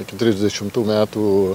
iki trisdešimtų metų